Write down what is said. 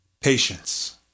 Patience